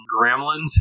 gremlins